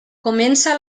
comença